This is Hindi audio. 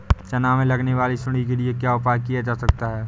चना में लगने वाली सुंडी के लिए क्या उपाय किया जा सकता है?